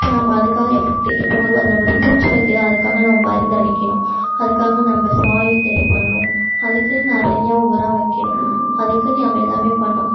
இப்போ நம்ம அதுக்காக எஃபெக்ட்டு இப்போ ஒரு வேளை அதில் ஒரு பூச்சி வைக்கிது அதுக்காக நம்ம மருந்து அடிக்கணும் அதுக்காக நம்ம சாயில் ரெடி பண்ணணும் அதுக்கு நிறைய உரம் வைக்கிணும் அதுக்கு நம்ம எல்லாம் பண்ணணும்